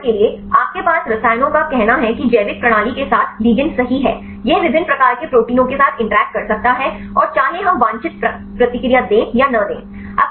उदाहरण के लिए आपके पास रसायनों का कहना है कि जैविक प्रणाली के साथ लिगैंड्स सही है यह विभिन्न प्रकार के प्रोटीनों के साथ इंटरैक्ट कर सकता है और चाहे हम वांछित प्रतिक्रिया दें या न दें